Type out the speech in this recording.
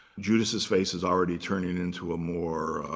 judas's face is already turning into a more,